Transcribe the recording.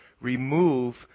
remove